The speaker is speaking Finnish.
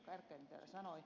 kärkkäinen täällä sanoi